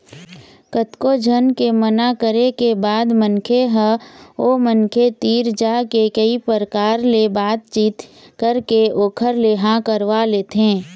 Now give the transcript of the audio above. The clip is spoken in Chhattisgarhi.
कतको झन के मना करे के बाद मनखे ह ओ मनखे तीर जाके कई परकार ले बात चीत करके ओखर ले हाँ करवा लेथे